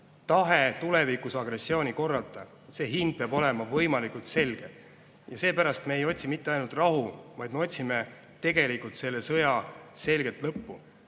tahe tulevikus agressiooni korrata. Selle hind peab olema võimalikult selge. Seepärast me ei otsi mitte ainult rahu, vaid me otsime tegelikult selle sõja selget lõppu.